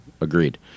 agreed